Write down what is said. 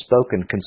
spoken